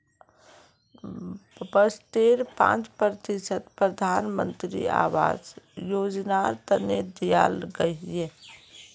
बजटेर पांच प्रतिशत प्रधानमंत्री आवास योजनार तने दियाल गहिये